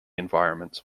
environments